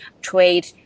trade